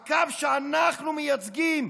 הקו שאנחנו מייצגים,